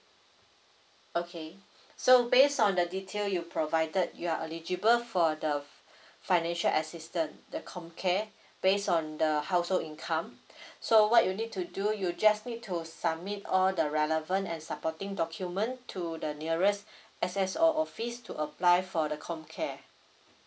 okay so based on the detail you provided you are eligible for the financial assistance the comcare based on the household income so what you need to do you just need to submit all the relevant and supporting document to the nearest S_S_O office to apply for the comcare